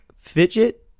fidget